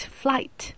flight